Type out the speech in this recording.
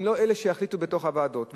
אם לא אלה שיחליטו בתוך הוועדות.